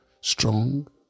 strong